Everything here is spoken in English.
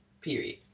period